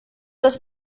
das